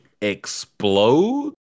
explode